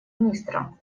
министра